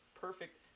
perfect